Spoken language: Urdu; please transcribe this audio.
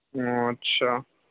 اچھا